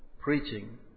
preaching